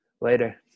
Later